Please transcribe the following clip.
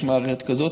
יש מערכת כזאת,